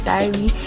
Diary